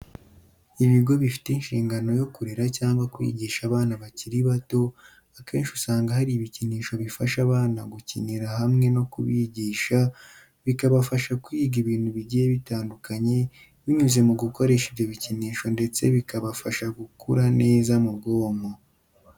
Ibigo bifite inshingano yo kurera cyangwa kwigisha abana bakiri bato, akenshi usanga hari ibikinisho bifasha abana gukinira hamwe no kubigisha, bikabafasha kwiga ibintu bigiye bitandukanye binyuze mu gukoresha ibyo bikinisho ndetse bikabafasha gukura neza mu bwonko.